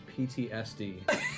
PTSD